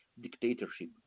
dictatorship